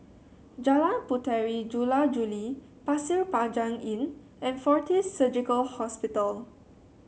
Jalan Puteri Jula Juli Pasir Panjang Inn and Fortis Surgical Hospital